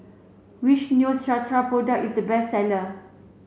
which Neostrata product is the best seller